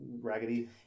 raggedy